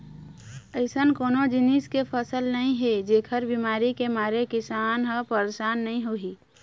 अइसन कोनो जिनिस के फसल नइ हे जेखर बिमारी के मारे किसान ह परसान नइ होही